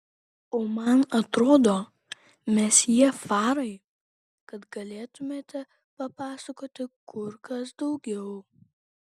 o man atrodo mesjė farai kad galėtumėte papasakoti kur kas daugiau